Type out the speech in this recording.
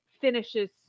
finishes